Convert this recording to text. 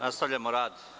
Nastavljamo rad.